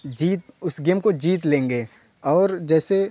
जीत उस गेम को जीत लेंगे और जैसे